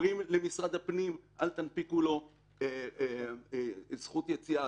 אומרים למשרד הפנים: אל תנפיקו לו זכות יציאה,